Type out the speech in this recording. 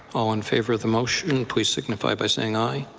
all in favour of the motion please signy by by saying aye.